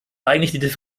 eigentlich